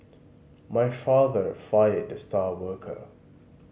my father fired the star worker